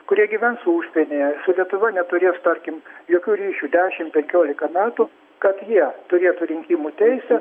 kurie gyvens užsienyje su lietuva neturės tarkim jokių ryšių dešim penkiolika metų kad jie turėtų rinkimų teisę